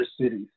cities